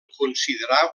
considerà